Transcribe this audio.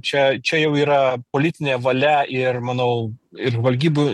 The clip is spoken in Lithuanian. čia čia jau yra politinė valia ir manau ir žvalgybų